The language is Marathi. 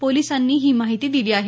पोलिसांनी ही माहिती दिली आहे